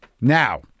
now